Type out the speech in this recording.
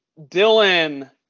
Dylan